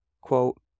quote